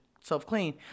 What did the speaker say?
self-clean